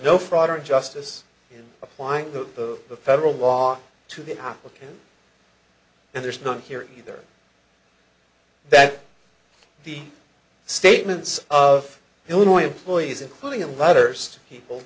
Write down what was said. no fraud or justice in applying the the federal law to the applicant and there's nothing here either that the statements of illinois employees including in letters to people